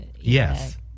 Yes